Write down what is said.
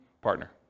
partner